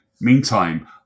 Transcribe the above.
Meantime